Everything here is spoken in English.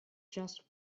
just